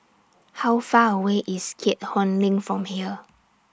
How Far away IS Keat Hong LINK from here